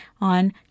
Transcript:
on